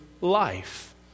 life